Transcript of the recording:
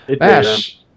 Ash